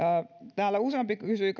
täällä useampi kysyi